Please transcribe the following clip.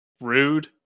Rude